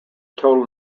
total